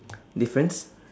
difference